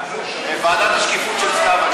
ועדת השקיפות של סתיו.